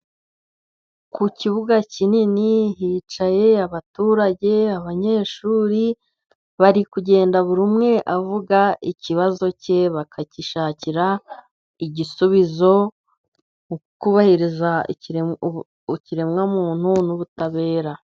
Ku kibuga kinini hicaye abaturage , abanyeshuri bari kugenda buri umwe avuga ikibazo cye bakagishashakira igisubizo , mu kubahiriza ikiremwamuntu n'ubutabera.